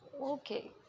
Okay